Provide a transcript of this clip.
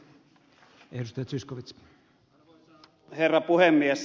arvoisa herra puhemies